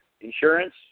insurance